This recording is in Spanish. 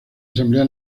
asamblea